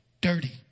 dirty